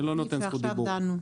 הסעיף שעכשיו דנו.